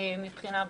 מבחינה בריאותית.